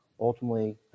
ultimately